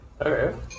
Okay